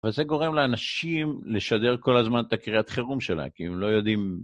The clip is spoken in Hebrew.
וזה גורם לאנשים לשדר כל הזמן את הקריאת חירום שלהם, כי הם לא יודעים...